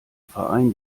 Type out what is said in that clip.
verein